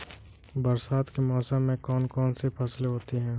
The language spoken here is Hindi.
बरसात के मौसम में कौन कौन सी फसलें होती हैं?